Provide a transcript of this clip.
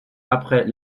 après